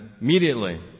immediately